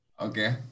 Okay